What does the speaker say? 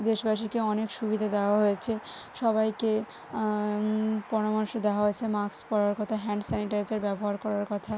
দেশবাসীকে অনেক সুবিধা দেওয়া হয়েছে সবাইকে পরামর্শ দেওয়া হয়েছে মাস্ক পরার কথা হ্যান্ড স্যানিটাইসার ব্যবহার করার কথা